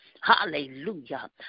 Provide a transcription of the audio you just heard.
Hallelujah